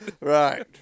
right